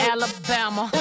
Alabama